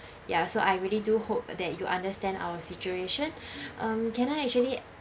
ya so I really do hope that you understand our situation um can I actually